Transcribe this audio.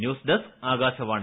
news desk Akashvani